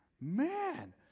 man